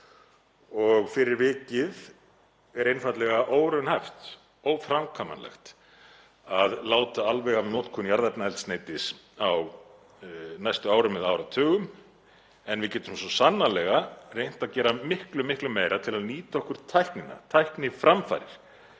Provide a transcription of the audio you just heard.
og fyrir vikið er einfaldlega óraunhæft, óframkvæmanlegt, að láta alveg af notkun jarðefnaeldsneytis á næstu árum eða áratugum. En við getum svo sannarlega reynt að gera miklu meira til að nýta okkur tæknina, tækniframfarir,